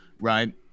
right